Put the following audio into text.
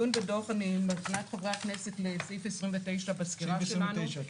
אני מזמינה את חברי הכנסת לסעיף 29 בסקירה שלנו: